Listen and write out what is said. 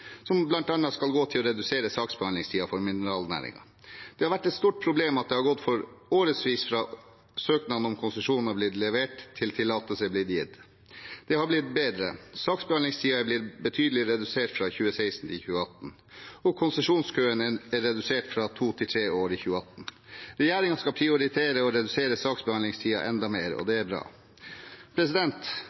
som bl.a. skal gå til å redusere saksbehandlingstiden for mineralnæringen. Det har vært et stort problem at det har gått årevis fra søknaden om konsesjon har blitt levert, til tillatelse har blitt gitt. Dette har blitt bedre. Saksbehandlingstiden har blitt betydelig redusert fra 2016 til 2018, og konsesjonskøen er redusert til to–tre år i 2018. Regjeringen skal prioritere å redusere saksbehandlingstiden enda mer, og det er bra.